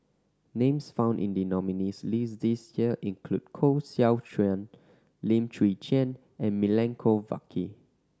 names found in the nominees' list this year include Koh Seow Chuan Lim Chwee Chian and Milenko Prvacki